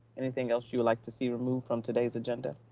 anything else you would like to see removed from today's agenda?